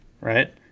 right